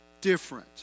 different